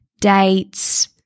dates